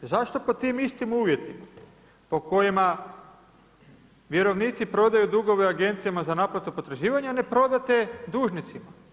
Zašto pod tim istim uvjetima po kojima vjerovnici prodaju dugove agencijama za naplatu potraživanja ne prodate dužnicima?